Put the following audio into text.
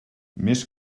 més